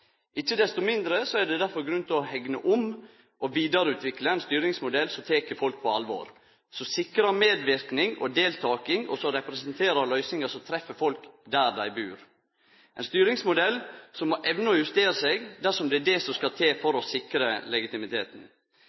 Ikkje desto mindre er det difor grunn til å hegne om og vidareutvikle ein styringsmodell som tek folk på alvor, som sikrar medverknad og deltaking, og som presenterer løysingar som treffer folk der dei bur – ein styringsmodell som må evne å justere seg, dersom det må til for å sikre legitimiteten.